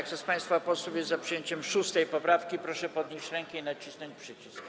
Kto z państwa posłów jest za przyjęciem 6. poprawki, proszę podnieść rękę i nacisnąć przycisk.